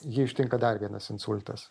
jį ištinka dar vienas insultas